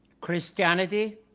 Christianity